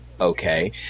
Okay